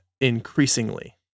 increasingly